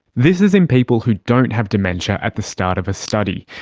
this is in people who don't have dementia at the start of a study.